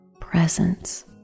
presence